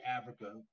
Africa